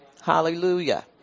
Hallelujah